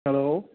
hello